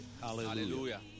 Hallelujah